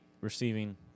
receiving